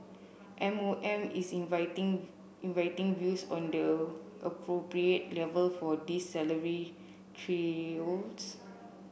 M O M is inviting inviting views on the appropriate level for these salary